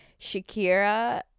Shakira